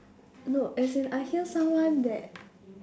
no as in I hear someone that